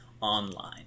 online